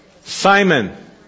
Simon